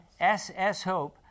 SSHOPE